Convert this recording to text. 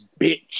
bitch